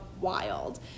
wild